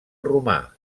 romà